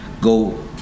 go